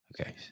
Okay